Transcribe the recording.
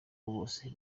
bose